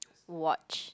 watch